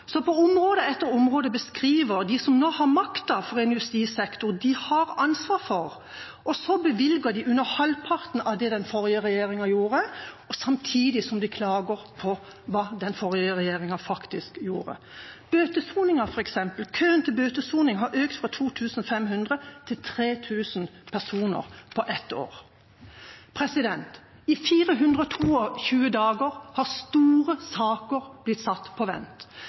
På område etter område bevilger de som nå har makta i en justissektor de har ansvar for, under halvparten av det den forrige regjeringa gjorde, samtidig som de klager over hva den forrige regjeringa faktisk gjorde. Køen til bøtesoning, f.eks., har økt – fra 2 500 til 3 000 personer på ett år. I 422 dager har store saker blitt satt på vent